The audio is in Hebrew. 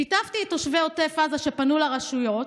שיתפתי בכך את תושבי עוטף עזה, שפנו לרשויות,